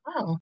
wow